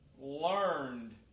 learned